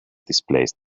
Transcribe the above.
displaced